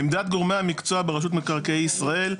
עמדת גורמי המקצוע ברשות מקרקעי ישראל,